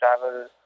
travel